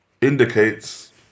indicates